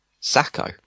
Sacco